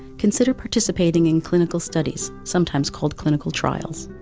consider participating in clinical studies, sometimes called clinical trials.